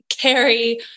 carry